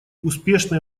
успешные